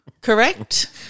correct